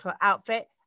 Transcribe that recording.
outfit